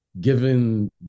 given